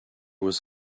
was